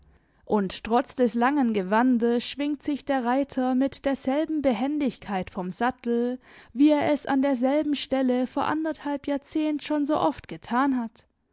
und trotz des langen gewandes schwingt sich der reiter mit derselben behendigkeit vom sattel wie er es an derselben stelle vor anderthalb jahrzehnt schon so oft getan hat